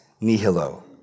nihilo